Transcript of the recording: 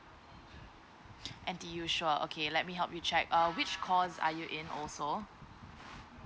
N_T_U sure okay let me help you check err which course are you in also